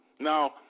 Now